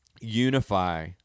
unify